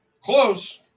Close